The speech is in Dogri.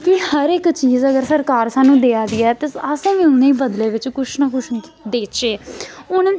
फ्ही हर इक चीज अगर सरकार सानूं देआ दी ऐ ते असें बी उ'नेंगी बदले बिच्च कुछ ना कुछ देचै हून